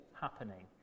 happening